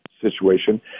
situation